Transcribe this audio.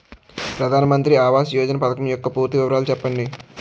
ప్రధాన మంత్రి ఆవాస్ యోజన పథకం యెక్క పూర్తి వివరాలు చెప్పండి?